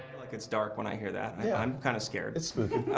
like it's dark when i hear that. yeah i'm kind of scared. it's spooky.